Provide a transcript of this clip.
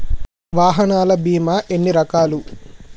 వాహనాల బీమా ఎన్ని రకాలు?